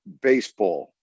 Baseball